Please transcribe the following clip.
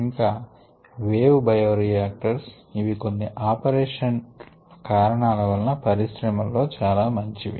ఇంకా wave bioreactors ఇవి కొన్ని ఆపరేషనల్ కారణాల వలన పరిశ్రమ లో చాలా మంచివి